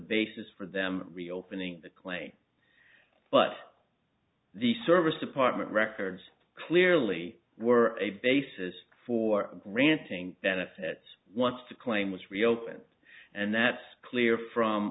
basis for them reopening the clay but the service department records clearly were a basis for granting benefits wants to claim was reopened and that's clear from